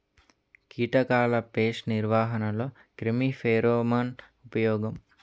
కీటకాల పేస్ట్ నిర్వహణలో క్రిమి ఫెరోమోన్ ఉపయోగం